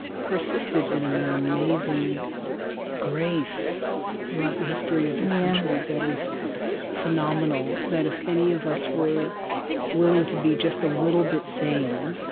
persisted in an amazing grace throughout the history of this country that is phenomenal that if any of us were willing to be just a little bit sane